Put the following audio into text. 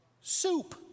soup